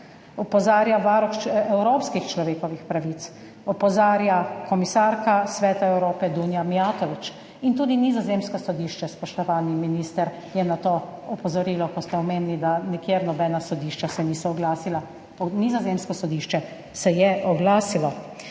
opozarja Evropskih varuh človekovih pravic, opozarja komisarka Sveta Evrope Dunja Mijatović in tudi nizozemsko sodišče, spoštovani minister, je na to opozorilo. Ker ste omenili, da se nikjer nobena sodišča niso oglasila